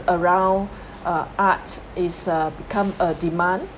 around uh arts is uh become a demand